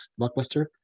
blockbuster